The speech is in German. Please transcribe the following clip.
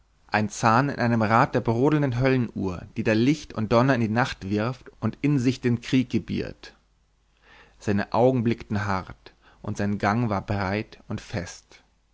ein zahn in einem rad der brodelnden höllenuhr die da lichter und donner in die nacht wirft und in sich den krieg gebiert seine augen blickten hart und sein gang war breit und fest